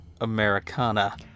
Americana